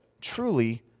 truly